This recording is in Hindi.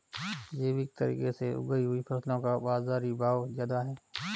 जैविक तरीके से उगाई हुई फसलों का बाज़ारी भाव ज़्यादा है